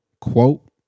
quote